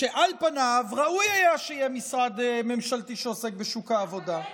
על פניו ראוי היה שיהיה משרד ממשלתי שעוסק בשוק העבודה.